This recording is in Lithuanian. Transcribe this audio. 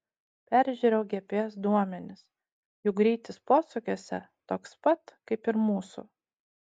peržiūrėjau gps duomenis jų greitis posūkiuose toks pat kaip ir mūsų